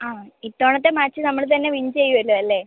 ആ ഇത്തവണത്തെ മാച്ച് നമ്മൾ തന്നെ വിൻ ചെയ്യുവല്ലോ അല്ലേ